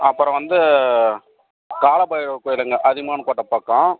அப்புறம் வந்து காலபைரவர் கோயிலுங்க அதியமான்கோட்டை பக்கம்